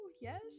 Yes